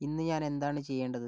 ഇന്ന് ഞാൻ എന്താണ് ചെയ്യേണ്ടത്